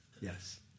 yes